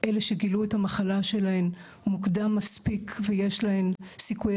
אלו שגילו את המחלה שלהן מוקדם מספיק ויש להן סיכויי